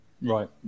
Right